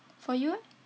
for you eh